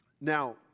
Now